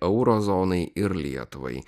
euro zonai ir lietuvai